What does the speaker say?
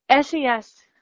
SES